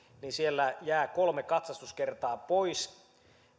niin siellä jää kolme katsastuskertaa pois